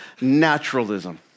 naturalism